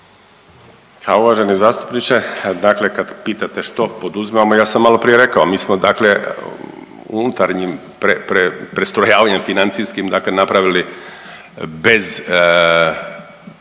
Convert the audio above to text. Pa uvaženi zastupniče, dakle kad pitate što poduzimamo ja sam maloprije rekao, mi smo dakle unutarnjim pre, pre, prestrojavanjem financijskim dakle napravili bez